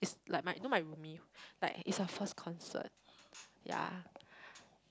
is like my you know my roomie like it's her first concert yeah